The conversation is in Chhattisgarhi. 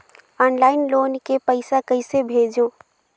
ऑनलाइन लोन के पईसा कइसे भेजों?